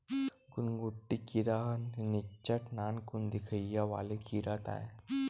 घुनघुटी कीरा ह निच्चट नानकुन दिखइया वाले कीरा ताय